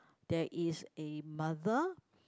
there is a mother